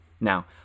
Now